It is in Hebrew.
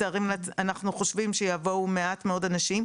אנחנו חושבים שיבואו מעט מאוד אנשים.